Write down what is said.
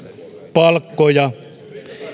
palkkoja ja